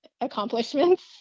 accomplishments